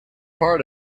part